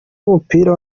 b’umupira